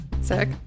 sick